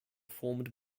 formed